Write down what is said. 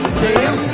jail